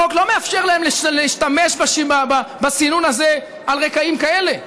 החוק לא מאפשר להם להשתמש בסינון הזה על רקעים כאלה.